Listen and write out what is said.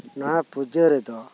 ᱱᱚᱣᱟ ᱯᱩᱡᱟᱹ ᱨᱮᱫᱚ